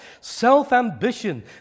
self-ambition